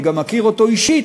אני גם מכיר אותו אישית,